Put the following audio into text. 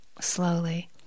slowly